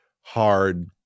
hard